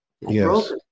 Yes